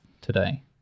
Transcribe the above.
today